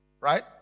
Right